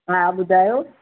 हा ॿुधायो